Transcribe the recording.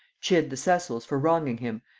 chid the cecils for wronging him,